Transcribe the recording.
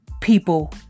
people